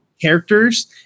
characters